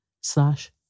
slash